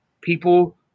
people